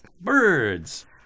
Birds